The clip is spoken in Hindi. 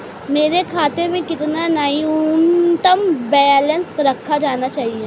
मेरे खाते में कितना न्यूनतम बैलेंस रखा जाना चाहिए?